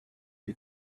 you